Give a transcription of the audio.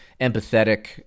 empathetic